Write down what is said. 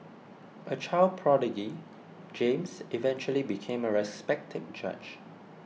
a child prodigy James eventually became a respected judge